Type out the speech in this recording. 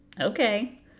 Okay